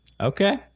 Okay